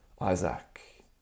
Isaac